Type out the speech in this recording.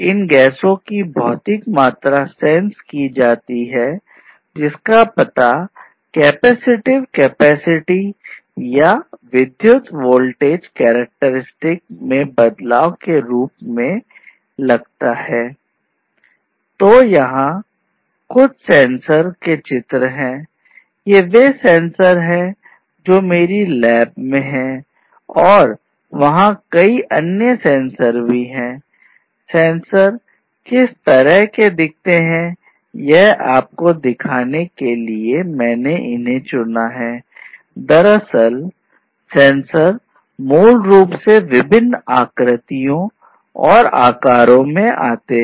इन गैसों की भौतिक मात्रा सेंस में बदलाव के रूप में लगता है